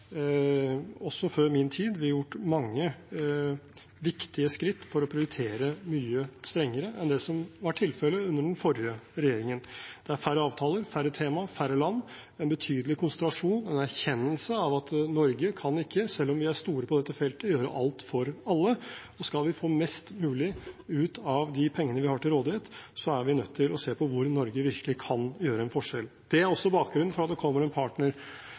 også før min tid, tatt mange viktige skritt for å prioritere mye strengere enn det som var tilfellet under den forrige regjeringen. Det er færre avtaler, færre temaer, færre land – en betydelig konsentrasjon, en erkjennelse av at Norge kan ikke, selv om vi er store på dette feltet, gjøre alt for alle. Skal vi få mest mulig ut av de pengene vi har til rådighet, er vi nødt til å se på hvor Norge virkelig kan gjøre en forskjell. Det er også bakgrunnen for at det kommer en